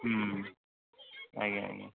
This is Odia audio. ଆଜ୍ଞା ଆଜ୍ଞା